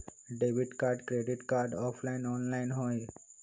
Debit card credit card offline online होई?